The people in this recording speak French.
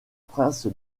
prince